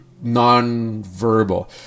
non-verbal